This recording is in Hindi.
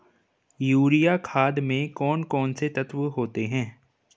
यूरिया खाद में कौन कौन से तत्व होते हैं?